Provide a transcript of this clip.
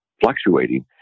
fluctuating